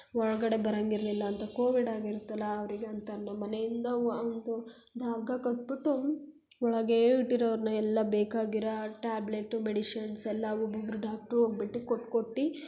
ಒಳಗಡೆ ಬರಂಗಿರಲಿಲ್ಲ ಅಂತ ಕೋವಿಡ್ ಆಗಿರುತ್ತಲ್ಲ ಅವರಿಗೆ ಅಂತ ನಮ್ಮ ಮನೆಯಿಂದ ಒಂದು ಒಂದು ಹಗ್ಗ ಕಟ್ಬಿಟ್ಟು ಒಳಗೇ ಇಟ್ಟಿರೋರನ್ನ ಎಲ್ಲ ಬೇಕಾಗಿರೋ ಆ ಟ್ಯಾಬ್ಲೆಟು ಮೆಡಿಶನ್ಸ್ ಎಲ್ಲ ಒಬ್ಬೊಬ್ರು ಡಾಕ್ಟ್ರು ಹೋಗ್ಬಿಟ್ಟಿ ಕೊಟ್ಟು ಕೊಟ್ಟು